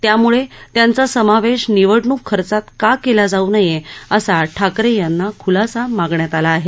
त्यामुळे त्यांचा समावेश निवडणुक खर्चात का केला जाऊ नये असा ठाकरे यांना खुलासा मागण्यात आला आहे